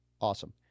Awesome